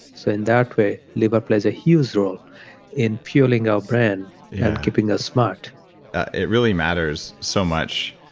so, in that way, liver plays a huge role in fueling our brain and keeping us smart it really matters so much.